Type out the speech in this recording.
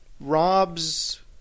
Rob's